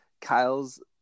Kyle's